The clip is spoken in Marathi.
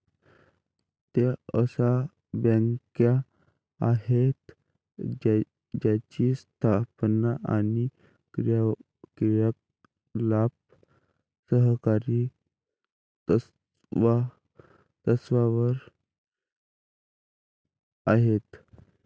त्या अशा बँका आहेत ज्यांची स्थापना आणि क्रियाकलाप सहकारी तत्त्वावर आहेत